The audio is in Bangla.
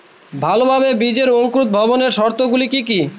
ভালোভাবে বীজের অঙ্কুর ভবনের শর্ত গুলি কি কি?